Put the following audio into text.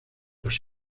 los